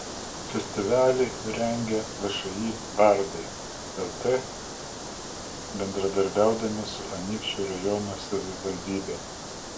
festivalį rengia všį bardai lt bendradarbiaudami su anykščių rajono savivaldybe